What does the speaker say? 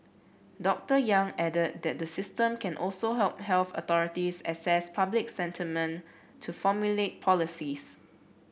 Doctor Yang added that the system can also help health authorities assess public sentiment to formulate policies